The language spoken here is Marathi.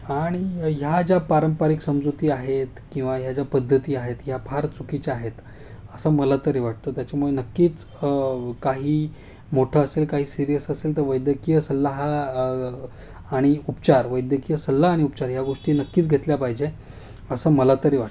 आणि ह्या ज्या पारंपरिक समजुती आहेत किंवा ह्या ज्या पद्धती आहेत ह्या फार चुकीच्या आहेत असं मला तरी वाटतं त्याच्यामुळे नक्कीच काही मोठं असेल काही सिरियस असेल तर वैद्यकीय सल्ला हा आणि उपचार वैद्यकीय सल्ला आणि उपचार ह्या गोष्टी नक्कीच घेतल्या पाहिजे असं मला तरी वाटतं